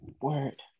Word